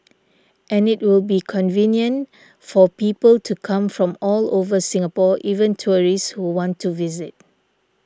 and it will be convenient for people to come from all over Singapore even tourists who want to visit